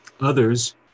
Others